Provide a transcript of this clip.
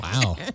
Wow